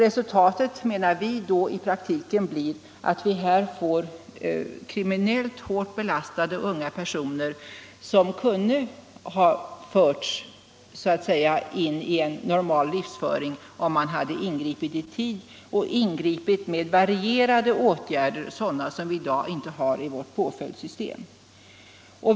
Resultatet blir i praktiken, menar vi, att vi får kriminellt hårt belastade unga personer som kunde ha förts in i en så att säga normal livsföring om man hade ingripit i tid och med varierade åtgärder, sådana som vi i dag inte har i vårt påföljdssystem.